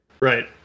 Right